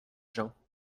gens